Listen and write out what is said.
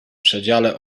przedziale